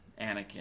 Anakin